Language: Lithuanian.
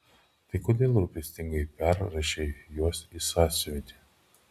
tai kodėl rūpestingai perrašei juos į sąsiuvinį